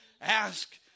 Ask